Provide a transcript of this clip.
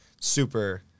super